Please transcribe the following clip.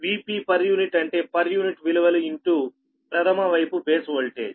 Vp puఅంటే per unit విలువలు in two ప్రధమ వైపు బేస్ ఓల్టేజ్